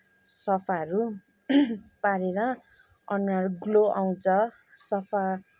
सफाहरू पारेर अनुहार ग्लो आउँछ सफा